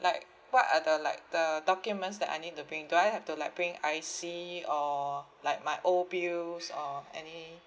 like what are the like the documents that I need to bring do I have to like bring I_C or like my old bills or any